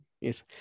Yes